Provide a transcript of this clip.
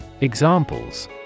Examples